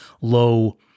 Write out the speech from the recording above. low